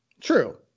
True